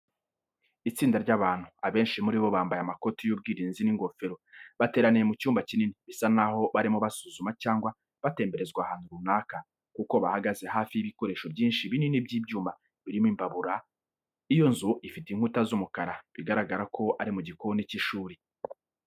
Itsinda ry'abantu, abenshi muri bo bambaye amakoti y'ubwirinzi n'ingofero, bateraniye mu cyumba kinini. Bisa naho barimo basuzuma, cyangwa batembereza ahantu runaka, kuko bahagaze hafi y'ibikoresho byinshi binini by'ibyuma birimo imbabura. Iyo nzu ifite inkuta z'umukara, bigaragara ko ari mu gikoni cy'ishuri.